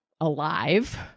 alive